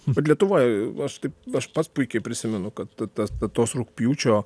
bet lietuvoje aš taip aš pats puikiai prisimenu kad ta tas tos rugpjūčio